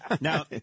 Now